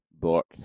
Book